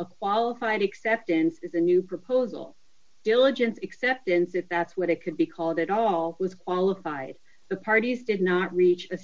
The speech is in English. a qualified acceptance is a new proposal diligence acceptance if that's what it could be called at all was qualified the parties did not reach a